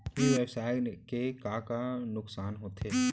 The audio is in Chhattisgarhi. ई व्यवसाय के का का नुक़सान होथे?